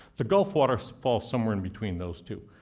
the gulf waters fall somewhere in between those two.